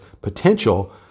potential